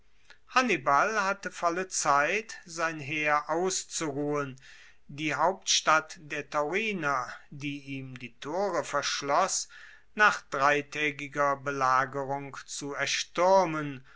hannibal hatte volle zeit sein heer auszuruhen die hauptstadt der tauriner die ihm die tore verschloss nach dreitaegiger belagerung zu